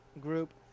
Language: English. group